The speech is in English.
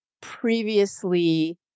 previously